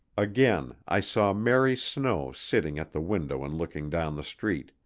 again i saw mary snow sitting at the window and looking down the street,